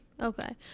Okay